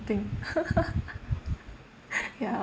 I think ya